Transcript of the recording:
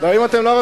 אני יכול לומר לך,